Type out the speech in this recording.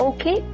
Okay